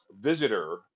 visitor